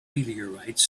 meteorites